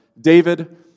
David